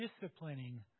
disciplining